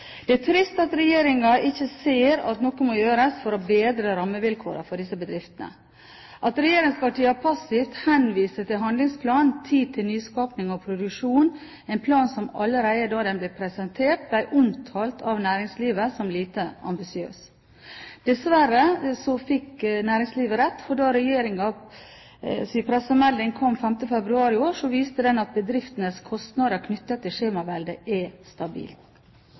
Det er trist at regjeringen ikke ser at noe må gjøres for å bedre rammevilkårene for disse bedriftene, at regjeringspartiene passivt henviser til handlingsplanen, Tid til nyskaping og produksjon, en plan som allerede da den ble presentert, ble omtalt av næringslivet som lite ambisiøs. Dessverre fikk næringslivet rett, for da regjeringens pressemelding kom 5. februar i år, viste den at bedriftenes kostnader knyttet til skjemaveldet er